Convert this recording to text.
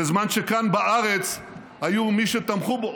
בזמן שכאן בארץ היו מי שתמכו בו,